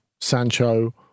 Sancho